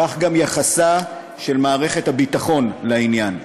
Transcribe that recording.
כך גם יחסה של מערכת הביטחון לעניין,